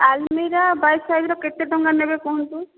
ଆଲ୍ମୀରା ବାଇଶ୍ ସାଇଜ୍ ର କେତେ ଟଙ୍କା ନେବେ କୁହନ୍ତୁ